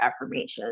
affirmations